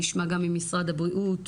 נשמע גם ממשרד הבריאות,